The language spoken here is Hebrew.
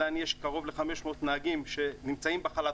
עדיין יש קרוב ל-500 נהגים שנמצאים בחל"ת,